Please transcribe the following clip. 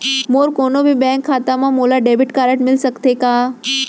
मोर कोनो भी बैंक खाता मा मोला डेबिट कारड मिलिस सकत हे का?